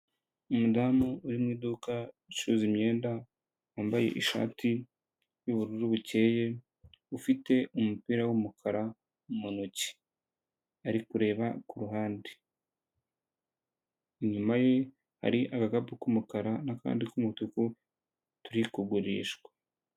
Umudamu uri mu iduka ricuruza imyenda, wambaye ishati y'ubururu bukeye, ufite umupira w'umukara mu ntoki. Ari kureba ku ruhande. Inyuma ye hari agakapu k'umukara n'akandi k'umutuku turi kugurishwa.